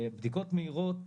בדיקות מהירות,